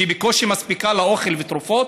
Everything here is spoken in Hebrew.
שבקושי מספיקה לאוכל ולתרופות?